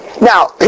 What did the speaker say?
Now